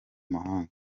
mahanga